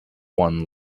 one